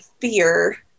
fear